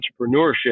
entrepreneurship